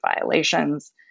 violations